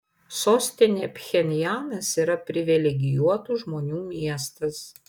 sostinė pchenjanas yra privilegijuotų žmonių miestas